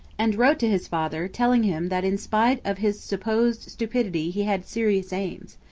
and wrote to his father telling him that in spite of his supposed stupidity he had serious aims.